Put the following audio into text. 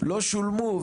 לא שולמו,